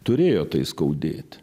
turėjo tai skaudėti